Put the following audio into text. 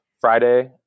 Friday